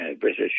British